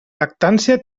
lactància